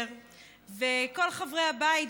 וכל חברי הבית,